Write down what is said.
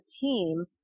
team